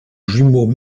jumeau